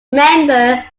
member